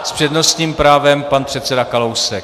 S přednostním právem pan předseda Kalousek.